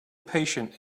patient